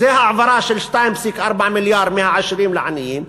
זאת העברה של 2.4 מיליארד מהעשירים לעניים,